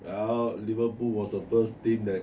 ah liverpool was the first thing that